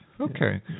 Okay